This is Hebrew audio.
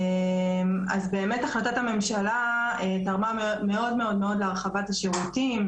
החלטת הממשלה תרמה מאוד מאוד להרחבת השירותים,